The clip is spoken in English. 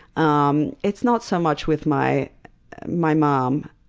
um it's not so much with my my mom.